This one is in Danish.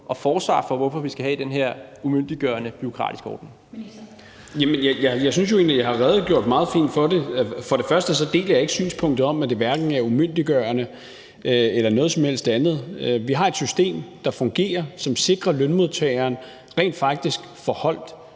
Ministeren. Kl. 17:36 Beskæftigelsesministeren (Peter Hummelgaard): Jeg synes jo egentlig, jeg har redegjort meget fint for det. For det første deler jeg ikke synspunktet om, at det er umyndiggørende eller noget som helst andet. Vi har et system, der fungerer, og som sikrer, at lønmodtageren rent faktisk får holdt